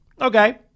okay